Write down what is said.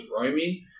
roaming